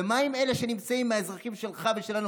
ומה עם אלה שנמצאים, האזרחים שלך ושלנו?